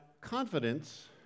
confidence